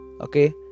okay